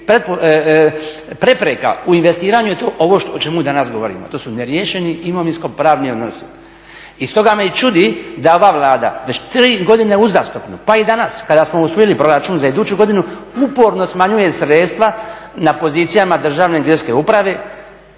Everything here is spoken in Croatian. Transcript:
prepreka u investiranju je ovo o čemu danas govorimo, to su neriješeni imovinsko-pravni odnosi. I stoga me i čudi da ova Vlada već 3 godine uzastopno, pa i danas kada smo usvojili proračun za iduću godinu, uporno smanjuje sredstva na pozicijama Državne geodetske uprave